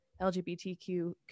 LGBTQ